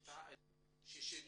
שישי,